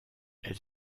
elle